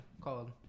called